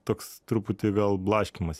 toks truputį vėl blaškymasis